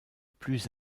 plus